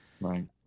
Right